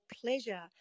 pleasure